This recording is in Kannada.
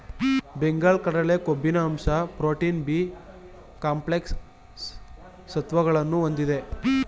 ಬೆಂಗಲ್ ಕಡಲೆ ಕೊಬ್ಬಿನ ಅಂಶ ಪ್ರೋಟೀನ್, ಬಿ ಕಾಂಪ್ಲೆಕ್ಸ್ ಸತ್ವಗಳನ್ನು ಹೊಂದಿದೆ